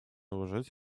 уважать